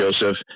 Joseph